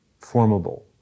formable